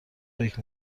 فکر